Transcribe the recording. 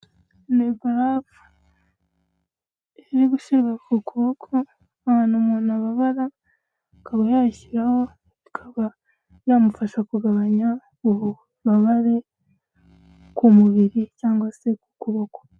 Ni barafu iri gushyirwa ku kuboko ahantu umuntu ababara akaba yayashyiraho ikaba yamufasha kugabanya ububabare ku mubiri cyangwa se ku kuboko.